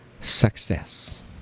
success